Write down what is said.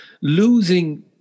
losing